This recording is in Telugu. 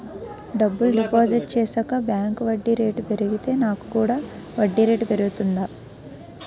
డబ్బులు డిపాజిట్ చేశాక బ్యాంక్ వడ్డీ రేటు పెరిగితే నాకు కూడా వడ్డీ రేటు పెరుగుతుందా?